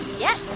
yep,